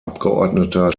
abgeordneter